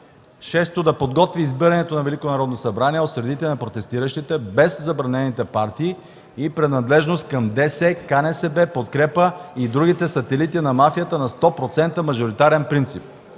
Велико Народно събрание от средите на протестиращите, без забранените партии и принадлежност към ДС, КНСБ, „Подкрепа” и другите сателити на мафията, на 100% мажоритарен принцип.”